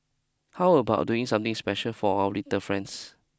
how about doing something special for our little friends